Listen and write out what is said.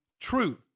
truth